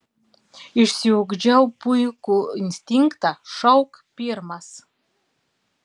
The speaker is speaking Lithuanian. išsiugdžiau puikų instinktą šauk pirmas